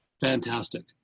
fantastic